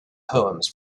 poems